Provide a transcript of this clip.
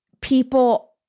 people